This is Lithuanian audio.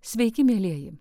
sveiki mielieji